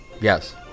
Yes